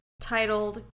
titled